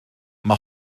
mae